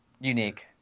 unique